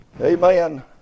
Amen